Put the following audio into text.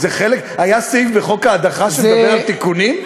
היה סעיף בחוק ההדחה שמדבר על תיקונים?